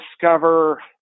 discover